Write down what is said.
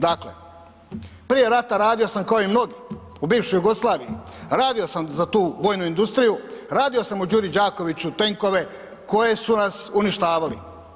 Dakle, prije rata radio sam ko i mnogi u bivšoj Jugoslaviji, radio sam za tu vojnu industriju, radio sam u Đuri Đakoviću tenkove koje su nas uništavali.